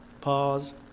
Pause